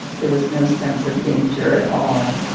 there was no sense of danger at all